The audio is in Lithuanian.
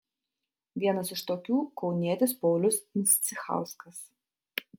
vienas iš tokių kaunietis paulius mscichauskas